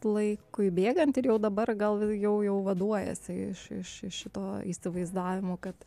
laikui bėgant ir jau dabar gal jau jau vaduojasi iš iš iš šito įsivaizdavimo kad